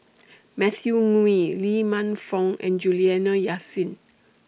Matthew Ngui Lee Man Fong and Juliana Yasin